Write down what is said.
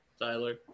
Tyler